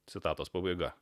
citatos pabaiga